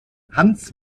hans